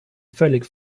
völlig